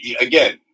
again